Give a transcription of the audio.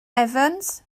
evans